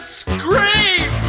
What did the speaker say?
scream